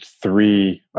three